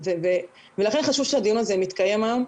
ולכן חשוב שהדיון הזה מתקיים היום.